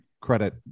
credit